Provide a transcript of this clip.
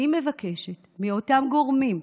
אני מבקשת מאותם גורמים,